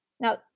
Now